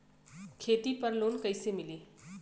खेती पर लोन कईसे मिली?